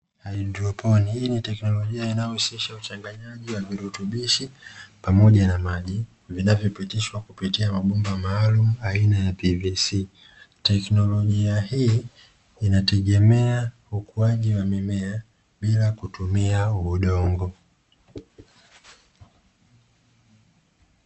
Haidroponi, hii ni teknolojia inayohusisha uchanganyaji wa virutubishi pamoja na maji vinavyopitishwa kupitia mabomba maalumu aina ya PVC. Teknolojia hii inategemea ukuaji wa mimea bila kutumia udongo.